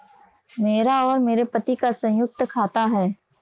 मेरा और मेरे पति का संयुक्त खाता है